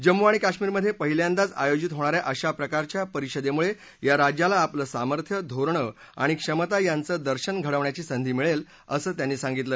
जम्मू आणि काश्मीरमध्यविहिल्यांदाच आयोजित होणाऱ्या अशा प्रकारच्या परिषदकुळ्या राज्याला आपलं सामर्थ्य धोरणं आणि क्षमता यांचं दर्शन घडवण्याची संधी मिळला असं त्यांनी सांगितलं